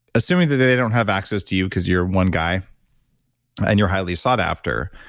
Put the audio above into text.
assuming that they don't have access to you because you're one guy and you're highly sought after,